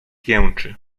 jęczy